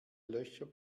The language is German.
löcher